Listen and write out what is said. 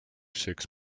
six